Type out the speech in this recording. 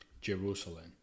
Jerusalem